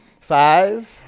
Five